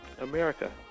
America